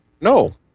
No